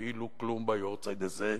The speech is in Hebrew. כאילו כלום ביארצייט הזה.